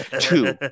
Two